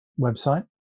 website